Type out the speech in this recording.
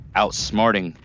outsmarting